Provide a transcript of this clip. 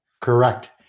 Correct